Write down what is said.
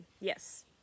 Yes